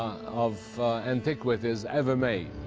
of antiquities ever made.